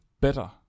better